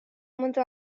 منذ